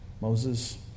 Moses